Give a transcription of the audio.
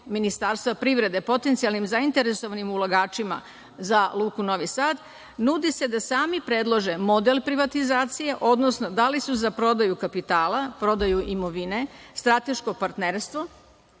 Ministarstva privrede, potencijalnim zainteresovanim ulagačima za Luku Novi Sad nude se da sami predlože model privatizacije, odnosno da li su za prodaju kapitala, prodaju imovine, strateško partnerstvo